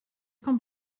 kommt